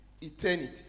eternity